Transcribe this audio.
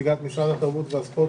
נציגת משרד התרבות והספורט,